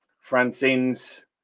Francine's